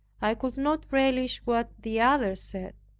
i could not relish what the other said.